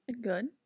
Good